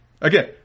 Again